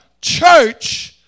Church